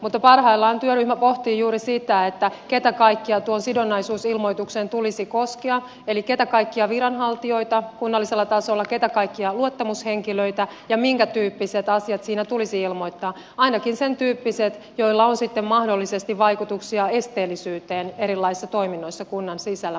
mutta parhaillaan työryhmä pohtii juuri sitä keitä kaikkia tuon sidonnaisuusilmoituksen tulisi koskea eli keitä kaikkia viranhaltijoita kunnallisella tasolla keitä kaikkia luottamushenkilöitä ja minkätyyppiset asiat siinä tulisi ilmoittaa ainakin sentyyppiset joilla on sitten mahdollisesti vaikutuksia esteellisyyteen erilaisissa toiminnoissa kunnan sisällä